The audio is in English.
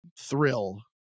thrill